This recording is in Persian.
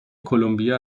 کلمبیا